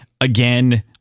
again